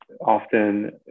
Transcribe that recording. often